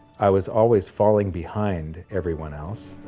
i was always falling behind everyone else.